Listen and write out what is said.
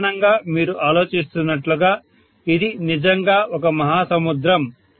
సాధారణంగా మీరు ఆలోచిస్తున్నట్లుగా ఇది నిజంగా ఒక మహాసముద్రం